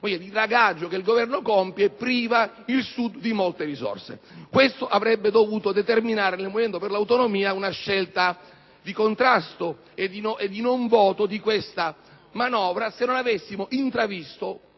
di dragaggio che il Governo compie priva il Sud di molte possibilità. Ciò avrebbe dovuto determinare nel Movimento per le Autonomie la scelta di contrastare e di non votare questa manovra, se non avessimo intravisto,